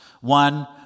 One